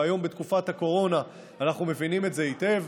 והיום בתקופת הקורונה אנחנו מבינים את זה היטב.